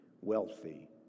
wealthy